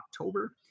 October